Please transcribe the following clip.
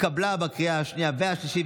התשפ"ג